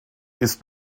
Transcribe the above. ist